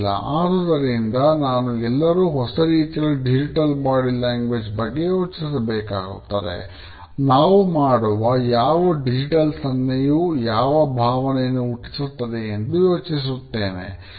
ಆದುದರಿಂದ ನಾನು ಎಲ್ಲರು ಹೊಸ ರೀತಿಯಲ್ಲಿ ಡಿಜಿಟಲ್ ಬಾಡಿ ಲ್ಯಾಂಗ್ವೇಜ್ ಯಾವ ಭಾವನೆಯನ್ನು ಹುಟ್ಟಿಸುತ್ತದೆ ಎಂದು ಯೋಚಿಸುತ್ತೇನೆ